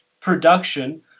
production